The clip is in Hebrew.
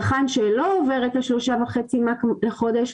צרכן שלא עובר את ה-3.5 מ"ק לחודש,